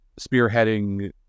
spearheading